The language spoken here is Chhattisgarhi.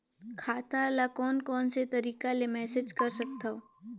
खाता ल कौन कौन से तरीका ले मैनेज कर सकथव?